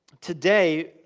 today